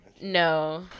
No